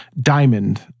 Diamond